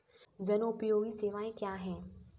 जनोपयोगी सेवाएँ क्या हैं?